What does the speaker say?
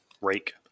Rake